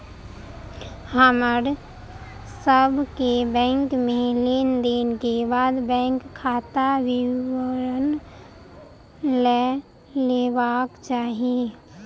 हमर सभ के बैंक में लेन देन के बाद बैंक खाता विवरण लय लेबाक चाही